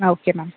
ah okay ma'am